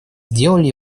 сделали